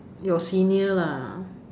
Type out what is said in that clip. your senior lah